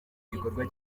gikorwa